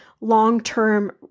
long-term